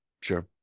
Sure